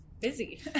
Busy